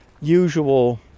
usual